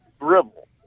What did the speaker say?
dribble